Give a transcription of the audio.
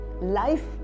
Life